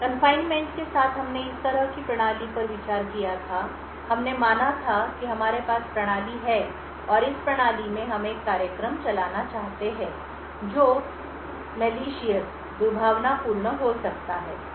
कन्फाइनमेंटकारावास के साथ हमने इस तरह की प्रणाली पर विचार किया था हमने माना था कि हमारे पास प्रणाली है और इस प्रणाली में हम एक कार्यक्रम चलाना चाहते हैं जो दुर्भावनापूर्ण हो सकता है